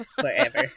forever